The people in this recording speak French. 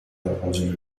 répondit